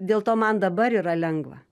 dėl to man dabar yra lengva